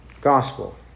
gospel